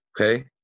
okay